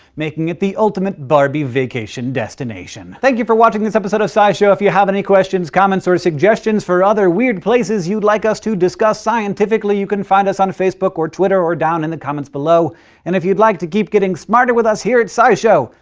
making it the ultimate barbie vacation destination thank you for watching this episode of scishow! if you have any questions, comments, or sort of suggestions for other weird places you'd like us to discuss scientifically, you can find us on facebook or twitter or down in the comments below and if you'd like to keep getting smarter with us here at scishow,